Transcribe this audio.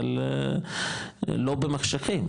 אבל לא במחשכים,